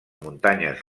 muntanyes